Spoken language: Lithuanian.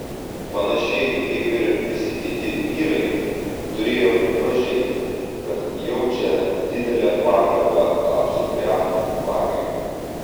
panašiai kaip ir visi kiti vyrai turėjo pripažinti kad jaučia didelę pagarbą apsukriam vagiui